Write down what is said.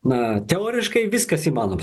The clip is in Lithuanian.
na teoriškai viskas įmanoma